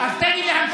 אתה מחבל.